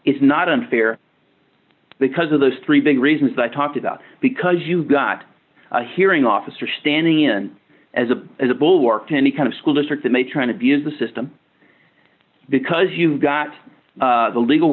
it's not unfair because of those three big reasons that i talked about because you've got a hearing officer standing in as a as a bulwark to any kind of school district that may try to be is the system because you've got the legal